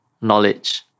knowledge